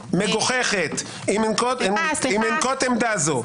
תהיה מגוחכת אם אנקוט עמדה זו.